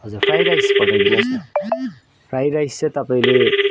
हजुर fry rice पठाइदिनुहोस् न फ्राइ राइस चाहिँ तपाईँले